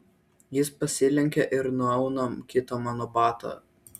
jis pasilenkia ir nuauna kitą mano batą